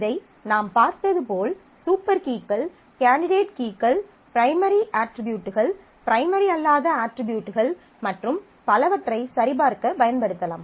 இதை நாம் பார்த்தது போல் சூப்பர் கீகள் கேண்டிடேட் கீகள் பிரைமரி அட்ரிபியூட்கள் பிரைமரி அல்லாத அட்ரிபியூட்கள் மற்றும் பலவற்றை சரிபார்க்கப் பயன்படுத்தலாம்